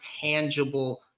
tangible